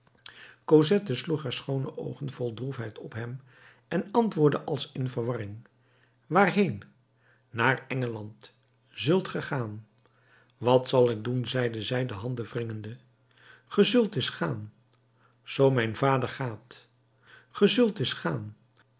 sloeg haar schoone oogen vol droefheid op hem en antwoordde als in verwarring waarheen naar engeland zult ge gaan wat zal ik doen zeide zij de handen wringende ge zult dus gaan zoo mijn vader gaat ge zult dus gaan